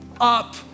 up